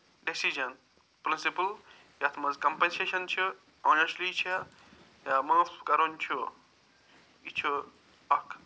decision principle یَتھ منٛز compensation چھِ اونٮ۪سلی چھِ یا معاف کَرُن چھُ یہِ چھُ اکھ